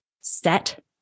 set